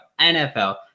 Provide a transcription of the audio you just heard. NFL